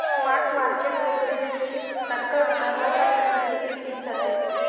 spot market सिक्युरिटीजची तत्काळ वितरणासाठी खरेदी विक्री केली जाते